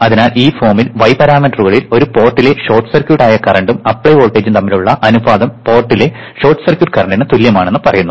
അതിനാൽ ഈ ഫോമിൽ y പാരാമീറ്ററുകളിൽ ഒരു പോർട്ടിലെ ഷോർട്ട് സർക്യൂട്ട് ആയ കറന്റും അപ്ലൈ വോൾട്ടേജും തമ്മിലുള്ള അനുപാതം പോർട്ടിലെ ഷോർട്ട് സർക്യൂട്ട് കറന്റിന് തുല്യമാണെന്ന് പറയുന്നു